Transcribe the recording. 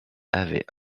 avait